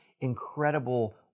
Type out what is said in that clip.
incredible